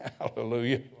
hallelujah